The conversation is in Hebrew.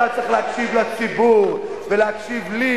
אתה צריך להקשיב לציבור ולהקשיב לי,